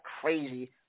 crazy